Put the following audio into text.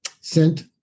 sent